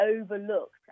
overlooked